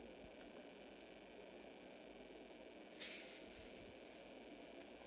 um